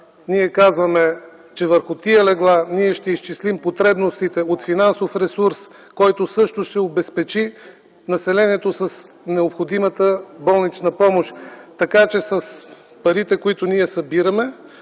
ние казваме, че върху тези легла ще изчислим потребностите от финансов ресурс, който също ще обезпечи населението с необходимата болнична помощ. Така че да кажем на българите,